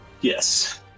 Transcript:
Yes